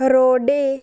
rhode